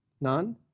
None